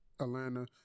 Atlanta